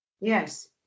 Yes